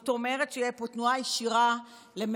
זאת אומרת שתהיה פה תנועה ישירה לממשלה,